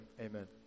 Amen